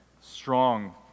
strong